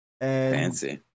fancy